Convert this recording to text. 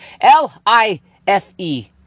L-I-F-E